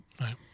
right